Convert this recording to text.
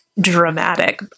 dramatic